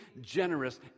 generous